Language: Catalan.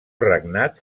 regnat